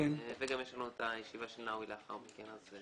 יש לנו גם הישיבה על חוק הבנקאות (רישוי) לאחר מכן.